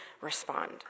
respond